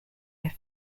left